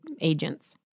agents